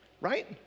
Right